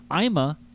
Ima